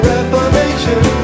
Reformation